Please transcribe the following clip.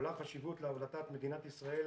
עולה חשיבות להבלטת מדינת ישראל